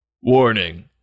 Warning